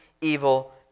evil